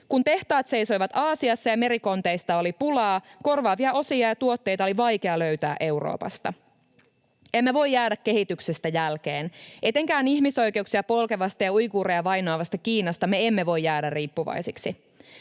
Kun tehtaat seisoivat Aasiassa ja merikonteista oli pulaa, korvaavia osia ja tuotteita oli vaikea löytää Euroopasta. Emme voi jäädä kehityksestä jälkeen. Etenkään ihmisoikeuksia polkevasta ja uiguureita vainoavasta Kiinasta me emme voi jäädä riippuvaisiksi.